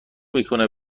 میکنه